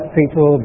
people